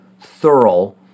thorough